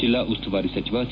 ಜಿಲ್ಲಾ ಉಸ್ತುವಾರಿ ಸಚಿವ ಸಿ